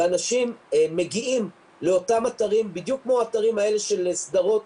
ואנשים מגיעים לאותם אתרים בדיוק כמו האתרים האלה של סדרות.